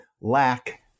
lack